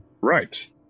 Right